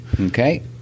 Okay